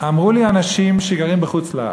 אמרו לי אנשים שגרים בחוץ-לארץ: